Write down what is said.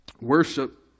Worship